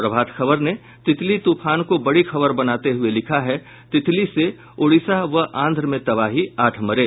प्रभात खबर ने तितली तूफान को बड़ी खबर बनाते हुये लिखा है तितली से ओडिशा व आंध्र में तबाही आठ मरे